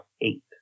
eight